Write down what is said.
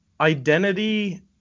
identity